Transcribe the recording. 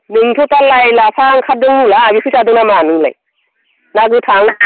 नोंथ' दा लाइ लाफा ओंखारदों होनलाय बेखौ जादों नामा नोंलाय ना गोथां